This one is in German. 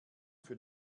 für